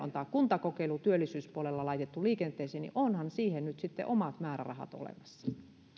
on tämä kuntakokeilu työllisyyspuolella laitettu liikenteeseen niin onhan siihen nyt sitten omat määrärahat olemassa